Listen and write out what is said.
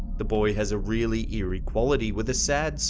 the boy has a really eerie quality, with a sad,